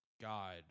God